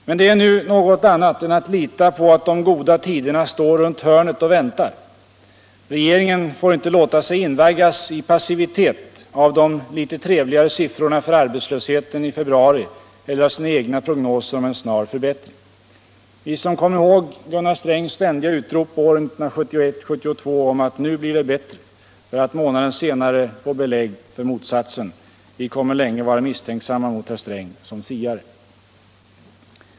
Men det är nu något annat än att lita på att de goda tiderna står bakom hörnet och väntar. Regeringen får inte låta sig invaggas i passivitet av de litet trevligare siffrorna för arbetslösheten i februari eller av sina egna prognoser om en snar förbättring. Vi som kommer ihåg Gunnar Strängs ständiga utrop åren 1971 och 1972 om att nu blir det bättre, för att månaden senare få belägg för motsatsen, kommer länge att vara misstänksamma mot herr Sträng som siare.